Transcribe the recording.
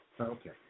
Okay